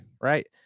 right